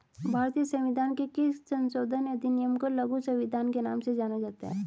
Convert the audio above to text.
भारतीय संविधान के किस संशोधन अधिनियम को लघु संविधान के नाम से जाना जाता है?